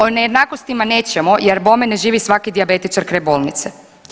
O nejednakostima nećemo jer bome ne živi svaki dijabetičar kraj bolnice.